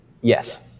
Yes